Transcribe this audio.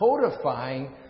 codifying